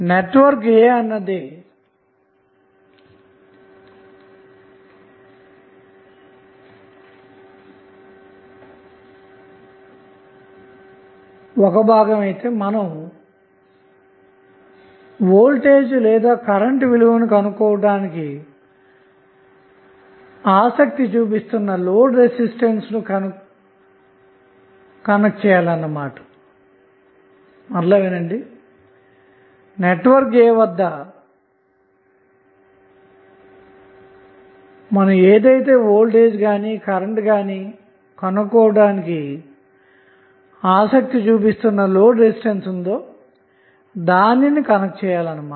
network A అన్నది వద్ద మనం వోల్టేజ్ లేదా కరెంట్ విలువను కనుక్కోవటానికి ఆసక్తి చూపిస్తున్న లోడ్ రెసిస్టన్స్ ను కనెక్ట్ చేయాలన్నమాట